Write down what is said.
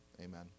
amen